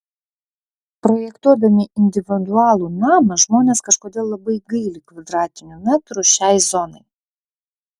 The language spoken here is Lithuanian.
projektuodami individualų namą žmonės kažkodėl labai gaili kvadratinių metrų šiai zonai